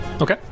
Okay